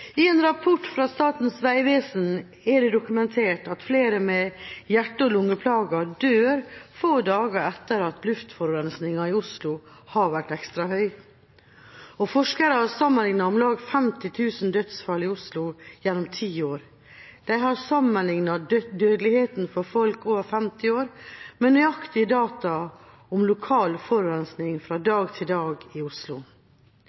I en rapport fra Statens vegvesen er det dokumentert at flere med hjerte- og lungeplager dør få dager etter at luftforurensningen i Oslo har vært ekstra høy. Og forskere har sammenliknet om lag 50 000 dødsfall i Oslo gjennom ti år. De har sammenliknet dødeligheten for folk over 50 år med nøyaktige data om lokal forurensning fra dag til dag i Oslo.